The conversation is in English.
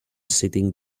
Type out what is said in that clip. sitting